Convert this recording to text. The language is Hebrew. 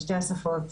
בשתי השפות.